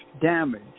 damage